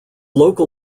local